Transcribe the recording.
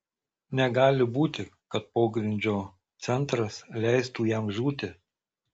negali būti kad pogrindžio centras leistų jam žūti